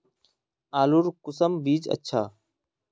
आलूर कुंसम बीज अच्छा?